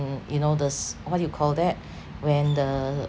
you know this what do you call that when the